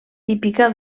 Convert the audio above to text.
típica